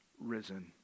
risen